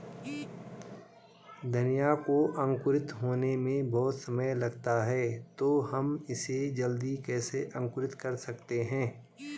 धनिया को अंकुरित होने में बहुत समय लगता है तो हम इसे जल्दी कैसे अंकुरित कर सकते हैं?